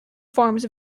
forms